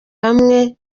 hamwe